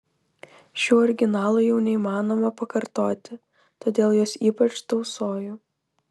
šių originalų jau neįmanoma pakartoti todėl juos ypač tausoju